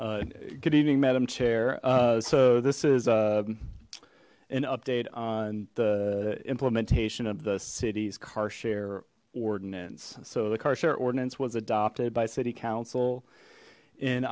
evening madam chair so this is a an update on the implementation of the city's car share ordinance so the car share ordinance was adopted by city council in